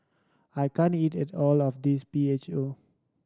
I can't eat it all of this P H O